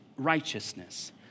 righteousness